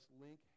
link